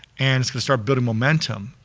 and it's gonna start building momentum.